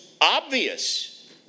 obvious